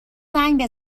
زنگ